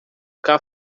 café